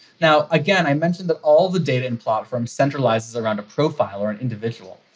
now, again, i mentioned that all the data in platform centralizes around a profile or an individual.